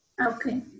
Okay